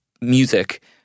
music